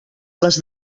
les